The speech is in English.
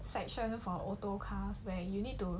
section for auto cars where you need to